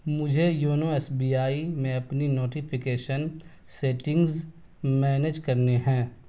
مجھے YONO S B I میں اپنی نوٹیفیکیشن سیٹنگز مینیج کرنے ہیں